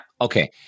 Okay